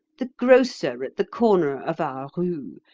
the grocer at the corner of our rue,